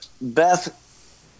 Beth